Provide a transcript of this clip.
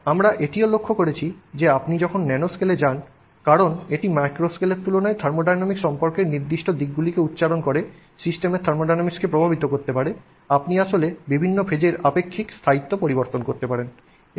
এবং আমরা এটিও লক্ষ করেছি যে আপনি যখন ন্যানোস্কেলে যান কারণ এটি ম্যাক্রোস্কেলের তুলনায় থার্মোডাইনামিক সম্পর্কের নির্দিষ্ট দিকগুলিকে উচ্চারণ করে সিস্টেমের থার্মোডাইনামিক্সকে প্রভাবিত করতে পারে আপনি আসলে বিভিন্ন ফেজের আপেক্ষিক স্থায়িত্ব পরিবর্তন করতে পারেন